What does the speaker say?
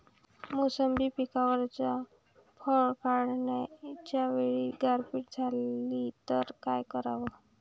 मोसंबी पिकावरच्या फळं काढनीच्या वेळी गारपीट झाली त काय कराव?